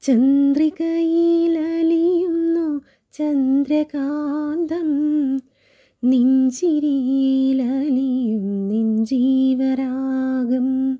ചന്ദ്രികയിലലിയുന്നു ചന്ദ്രകാന്തം നിൻ ചിരിയിലലിയുന്നെൻ ജീവരാഗം